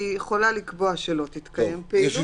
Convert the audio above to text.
היא יכולה לקבוע שלא תתקיים פעילות ויש אפשרות גם לפתיחה בתנאים.